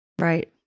Right